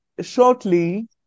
Shortly